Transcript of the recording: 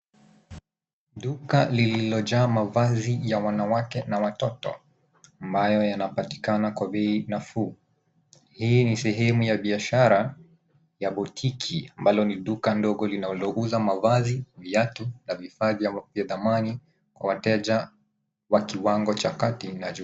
Duka lililojaa mavazi ya wanawake na watoto ambayo yanapatikana kwa bei nafuu. Hii ni sehemu ya biashara ya boutique ambalo ni duka ndogo linalouza mavazi, viatu na vifaa vingine vya thamani kwa wateja wa kiwango cha kati na juu.